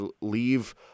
leave